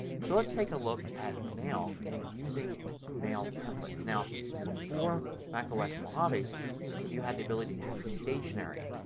so let's take a look at mail and using mail templates. now before mac ah os mojave you had the ability to have stationery.